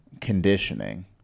conditioning